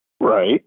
Right